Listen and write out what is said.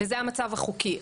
וזה המצב החוקי.